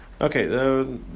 Okay